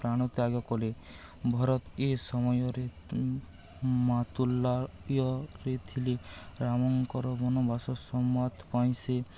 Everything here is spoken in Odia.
ପ୍ରାଣ ତ୍ୟାଗ କଲେ ଭରତ ଏ ସମୟରେ ରେ ଥିଲେ ରାମଙ୍କର ବନବାସ ସମ୍ବାଦ ପାଇଁ ସେ